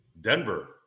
Denver